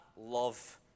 love